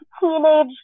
teenage